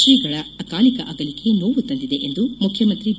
ಶ್ರೀಗಳ ಅಕಾಲಿಕ ಅಗಲಿಕೆ ನೋವು ತಂದಿದೆ ಎಂದು ಮುಖ್ಯಮಂತ್ರಿ ಬಿ